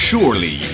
Surely